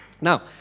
Now